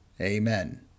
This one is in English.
Amen